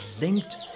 linked